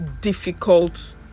difficult